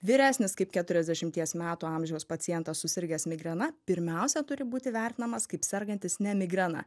vyresnis kaip keturiasdešimties metų amžiaus pacientas susirgęs migrena pirmiausia turi būti vertinamas kaip sergantis ne migrena